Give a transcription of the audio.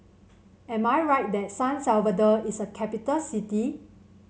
am I right that San Salvador is a capital city